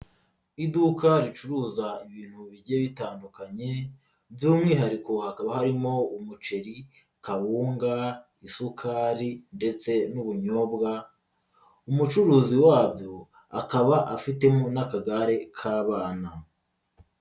Iduka ricuruza ibintu bigiye bitandukanye by'umwihariko hakaba harimo umuceri, kawunga, isukari ndetse n'ubunyobwa, umucuruzi wabyo akaba afitemo n'akagare k'abana.